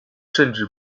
甚至